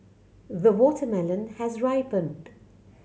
the watermelon has ripened